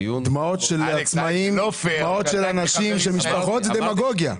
דמעות של אנשים ושל משפחות, זאת דמגוגיה.